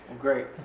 Great